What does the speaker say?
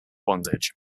bondage